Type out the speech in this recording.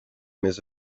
més